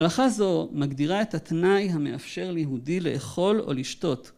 ‫הלכה זו מגדירה את התנאי ‫המאפשר ליהודי לאכול או לשתות.